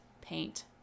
paint